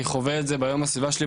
אני חווה את זה ביום בסביבה שלי,